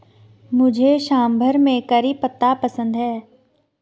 मुझे सांभर में करी पत्ता पसंद है